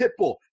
Pitbull